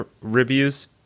reviews